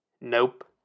Nope